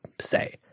say